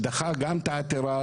פסק דין שדחה את העתירה.